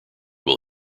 will